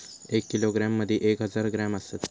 एक किलोग्रॅम मदि एक हजार ग्रॅम असात